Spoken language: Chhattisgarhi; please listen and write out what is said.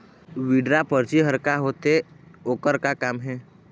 विड्रॉ परची हर का होते, ओकर का काम हे?